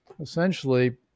essentially